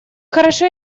хорошо